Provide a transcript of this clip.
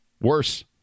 worse